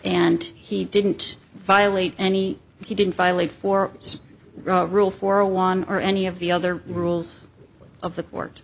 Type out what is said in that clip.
and he didn't violate any he didn't violate for some rule for one or any of the other rules of the court